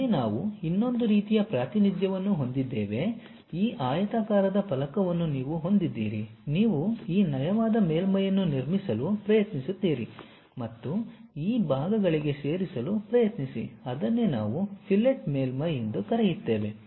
ಇಲ್ಲಿ ನಾವು ಇನ್ನೊಂದು ರೀತಿಯ ಪ್ರಾತಿನಿಧ್ಯವನ್ನು ಹೊಂದಿದ್ದೇವೆ ಈ ಆಯತಾಕಾರದ ಫಲಕವನ್ನು ನೀವು ಹೊಂದಿದ್ದೀರಿ ನೀವು ಈ ನಯವಾದ ಮೇಲ್ಮೈಯನ್ನು ನಿರ್ಮಿಸಲು ಪ್ರಯತ್ನಿಸುತ್ತೀರಿ ಮತ್ತು ಈ ಭಾಗಗಳಿಗೆ ಸೇರಿಸಲು ಪ್ರಯತ್ನಿಸಿ ಅದನ್ನೇ ನಾವು ಫಿಲೆಟ್ ಮೇಲ್ಮೈ ಎಂದು ಕರೆಯುತ್ತೇವೆ